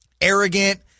arrogant